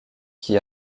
qui